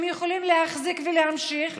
הם יכולים להחזיק ולהמשיך,